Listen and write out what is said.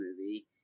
movie